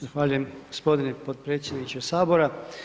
Zahvaljujem gospodine potpredsjedniče Sabora.